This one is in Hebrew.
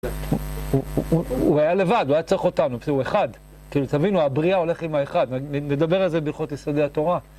הוא היה לבד, הוא היה צריך אותנו, כי הוא אחד. תבינו, הבריאה הולך עם האחד. נדבר על זה בהלכות יסודי התורה.